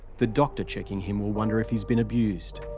the doctor checking him will wonder if he's been abused.